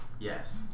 Yes